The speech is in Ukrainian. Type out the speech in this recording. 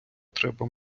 треба